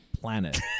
planet